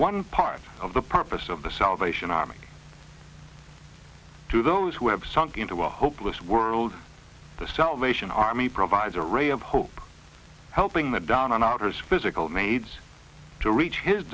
one part of the purpose of the salvation army to those who have sunk into a hopeless world the salvation army provides a ray of hope helping the down and outers physical maids to reach his